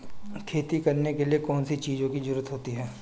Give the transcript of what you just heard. खेती करने के लिए कौनसी चीज़ों की ज़रूरत होती हैं?